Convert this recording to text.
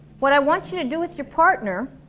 what i want you to do with your partner